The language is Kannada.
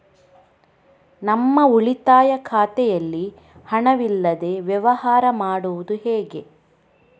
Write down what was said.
ನಮ್ಮ ಉಳಿತಾಯ ಖಾತೆಯಲ್ಲಿ ಹಣವಿಲ್ಲದೇ ವ್ಯವಹಾರ ಮಾಡುವುದು ಹೇಗೆ?